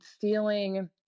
feeling